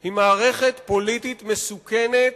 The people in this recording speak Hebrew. היא מערכת פוליטית מסוכנת,